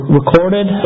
recorded